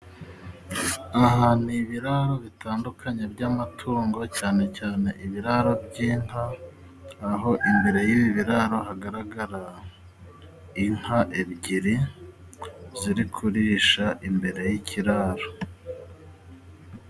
Aha ni ibiraro bitandukanye by'amatungo cyane cyane ibiraro by'inka aho imbere y'ibi biraro, hagaragara inka ebyiri ziri kurisha imbere y'ikiraro.